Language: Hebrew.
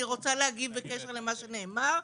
אני רוצה להגיב בקשר למה שנאמר.